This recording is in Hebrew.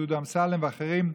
מר דודי אמסלם ואחרים,